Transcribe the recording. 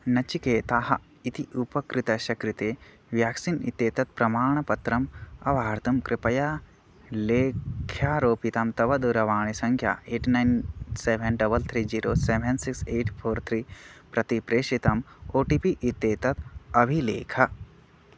नचिकेताः इति उपकृतस्य कृते व्याक्सीन् इत्येतत् प्रमाणपत्रम् अवाहर्तुं कृपया लेख्यारोपितां तव दूरवाणीसङ्ख्या eight nine seven double three zero seven six eight four three प्रति प्रेषितम् ओ टि पि इत्येतत् अभिलिख